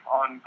on